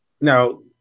Now